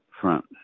Front